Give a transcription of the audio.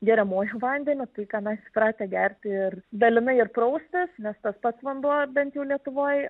geriamuoju vandeniu tai ką mes įpratę gerti ir dalinai ir praustis nes tas pats vanduo bent jau lietuvoj